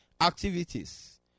activities